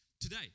Today